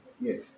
Yes